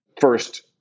first